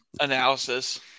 analysis